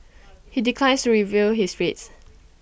he declines to reveal his rates